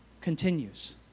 continues